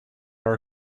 our